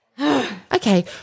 Okay